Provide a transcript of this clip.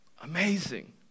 Amazing